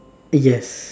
yes